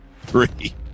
three